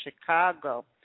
Chicago